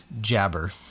jabber